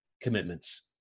commitments